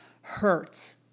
hurt